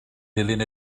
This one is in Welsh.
dilyn